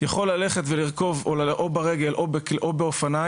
יכול ללכת ולרכוב או ברגל או באופניים,